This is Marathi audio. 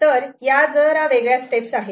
तर या जरा वेगळ्या स्टेप्स आहेत